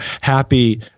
happy